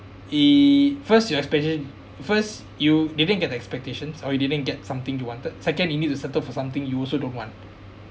it first you expectation first you didn't get the expectations or you didn't get something you wanted second you need to settle for something you also don't want